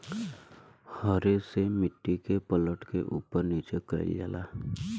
हरे से मट्टी के पलट के उपर नीचे कइल जाला